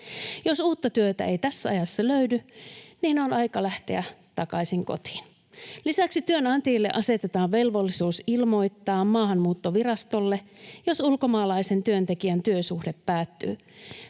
Jos uutta työtä ei tässä ajassa löydy, niin on aika lähteä takaisin kotiin. Lisäksi työnantajille asetetaan velvollisuus ilmoittaa Maahanmuuttovirastolle, jos ulkomaalaisen työntekijän työsuhde päättyy.